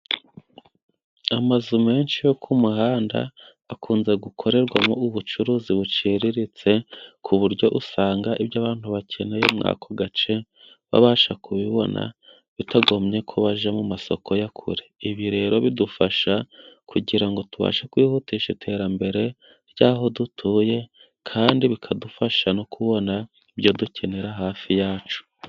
Amazu menshi yo ku muhanda akunze gukorerwamo ubucuruzi buciriritse, ku buryo usanga ibyo abantu bakeneye muri ako gace babasha kubibona bitagombye ko baiya mu masoko ya kure. Ibi rero bidufasha kugira ngo tubashe kwihutisha iterambere ry'aho dutuye, kandi bikadufasha no kubona ibyo dukenera hafi yacu.